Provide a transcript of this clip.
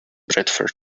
bradford